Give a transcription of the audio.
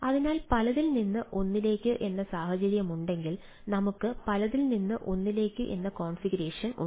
അതിനാൽ പലതിൽ നിന്ന് ഒന്നിലേക്ക് എന്ന സാഹചര്യമാണെങ്കിൽ നമുക്ക് പലതിൽ നിന്ന് ഒന്നിലേക്ക് എന്ന കോൺഫിഗറേഷൻ ഉണ്ട്